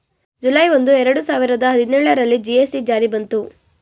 July ಒಂದು, ಎರಡು ಸಾವಿರದ ಹದಿನೇಳರಲ್ಲಿ ಜಿ.ಎಸ್.ಟಿ ಜಾರಿ ಬಂತು